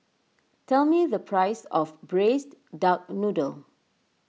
tell me the price of Braised Duck Noodle